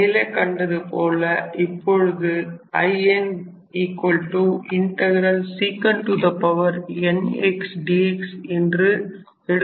மேலே கண்டது போல இப்பொழுது Insec n x dx என்று எடுத்துக் கொள்வோம்